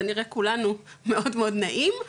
כנראה כולנו מאוד מאוד נעים,